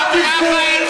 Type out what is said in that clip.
אתם גם ככה לא מעבירים.